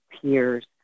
peers